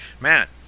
Matt